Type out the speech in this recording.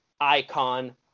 icon